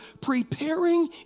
preparing